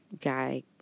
guy